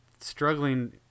struggling